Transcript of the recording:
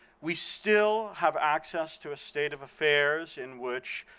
we still have access to a state of affairs in which,